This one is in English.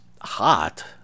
hot